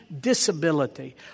disability